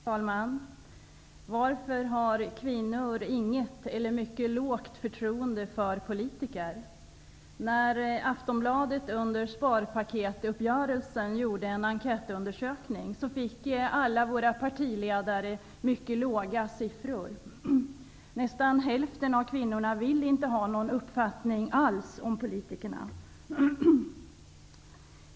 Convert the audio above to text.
Herr talman! Varför har kvinnor inget eller mycket litet förtroende för politiker? När Aftonbladet under sparpaketsuppgörelsen gjorde en enkätundersökning om det fick alla våra partiledare låga siffror. Nästan hälften av kvinnorna vill inte ha någon uppfattning alls om politikerna.